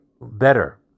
better